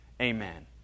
amen